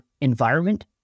environment